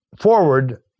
forward